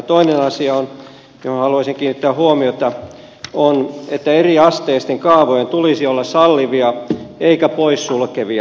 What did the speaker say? toinen asia johon haluaisin kiinnittää huomiota on se että eriasteisten kaavojen tulisi olla sallivia eikä poissulkevia